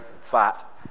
fat